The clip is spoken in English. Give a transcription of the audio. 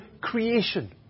creation